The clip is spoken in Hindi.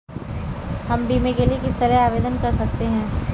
हम बीमे के लिए किस तरह आवेदन कर सकते हैं?